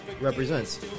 Represents